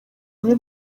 muri